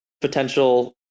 potential